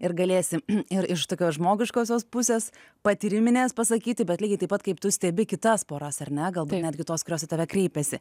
ir galėsi ir iš tokios žmogiškosios pusės patyriminės pasakyti bet lygiai taip pat kaip tu stebi kitas poras ar ne gal netgi tos kurios į tave kreipiasi